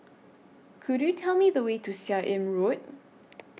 Could YOU Tell Me The Way to Seah Im Road